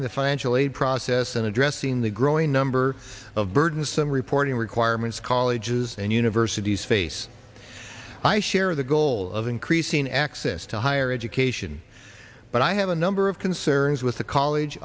simplifying the financial aid process and addressing the growing number of burdensome reporting requirements colleges and universities face i share the goal of increasing access to higher education but i have a number of concerns with the college